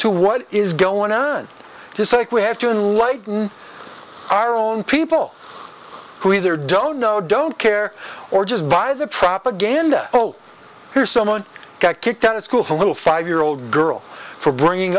to what is going on to say we have to lighten our own people who either don't know don't care or just buy the propaganda oh here's someone got kicked out of school for a little five year old girl for bringing